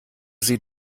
sie